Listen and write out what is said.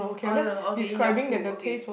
oh ah okay in your school okay